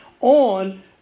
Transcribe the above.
on